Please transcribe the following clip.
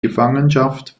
gefangenschaft